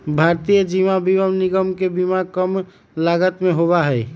भारतीय जीवन बीमा निगम के बीमा कम लागत के होबा हई